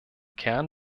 kern